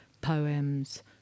poems